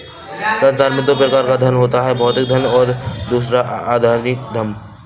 संसार में दो प्रकार का धन होता है भौतिक धन और दूसरा आध्यात्मिक धन